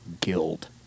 guild